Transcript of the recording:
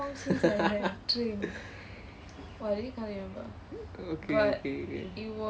okay okay okay okay